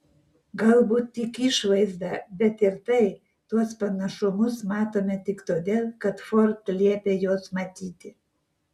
galbūt tik išvaizdą bet ir tai tuos panašumus matome tik todėl kad ford liepė juos matyti